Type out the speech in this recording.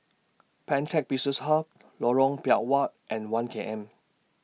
Pantech Business Hub Lorong Biawak and one K M